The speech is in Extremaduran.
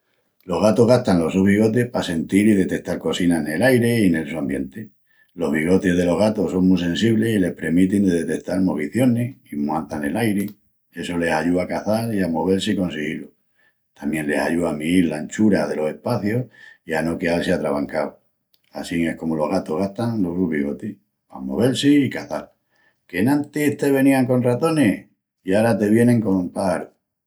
Los gatus gastan los sus bigotis pa sentil i detetal cosinas nel airi i nel su ambienti. Los bigotis delos gatus son mu sensiblis i les premitin de detetal movicionis i muanças nel airi, essu les ayúa a caçal i a movel-si con sigilu. Tamién les ayúan a miíl l'anchura delos espacius i a no queal-si atravancaus. Assín es comu los gatus gastan los sus bigotis, pa movel-si i caçal. Qu'enantis te venían con ratonis i ara te vienin con páxarus.